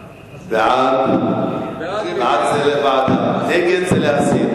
מליאה, נגד זה להסיר.